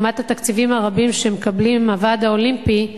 לעומת התקציבים הרבים שמקבלים הוועד האולימפי.